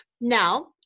Now